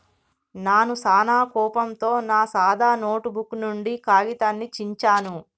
నాను సానా కోపంతో నా సాదా నోటుబుక్ నుండి కాగితాన్ని చించాను